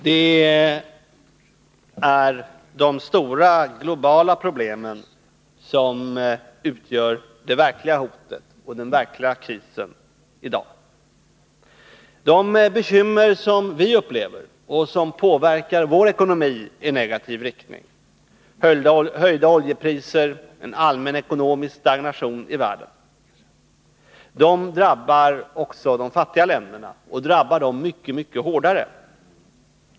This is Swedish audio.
Det är de stora globala problemen som utgör det verkliga hotet och den verkliga krisen i dag. De bekymmer som vi upplever och som påverkar vår ekonomi i negativ riktning — höjda oljepriser, en allmän ekonomisk stagnation i världen — drabbar också de fattiga länderna och drabbar dem mycket hårdare.